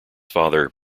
father